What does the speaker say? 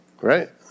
right